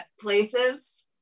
places